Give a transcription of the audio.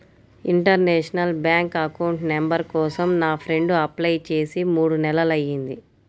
international bank account number కోసం నా friend apply చేసి మూడు నెలలయ్యింది